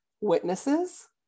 witnesses